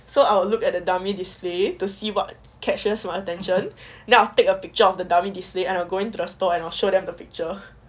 I'll look at the dummy display to see what catches my attention now I'll take a picture of the dummy display and I'll go in to the store and I'll show them the picture